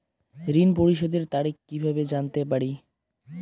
ঋণ পরিশোধের তারিখ কিভাবে জানতে পারি?